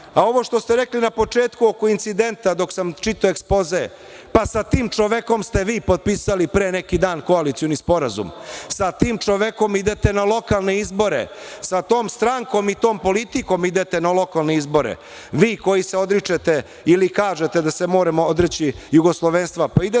što ste rekli na početku oko incidenta dok sam čitao ekspoze, pa sa tim čovekom ste vi potpisali pre neki dan koalicioni sporazum. Sa tim čovekom idete na lokalne izbore. Sa tom strankom i tom politikom idete na lokalne izbore, vi koji se odričete ili kažete da se moramo odreći jugoslovenstva, pa idete